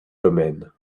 domaine